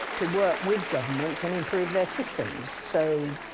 to work with governments and improve their systems. so,